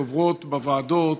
עוברות בוועדות,